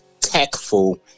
tactful